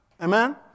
Amen